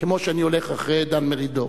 כמו שאני הולך אחרי דן מרידור,